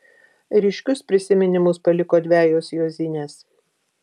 ryškius prisiminimus paliko dvejos juozinės